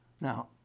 now